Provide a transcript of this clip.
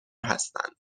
هستند